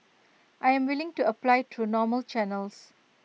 I'm willing to apply through normal channels